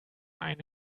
eine